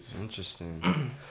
interesting